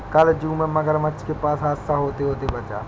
कल जू में मगरमच्छ के पास हादसा होते होते बचा